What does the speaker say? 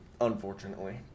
Unfortunately